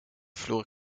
vloer